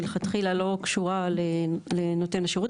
מלכתחילה לא קשורה לנותן השירות,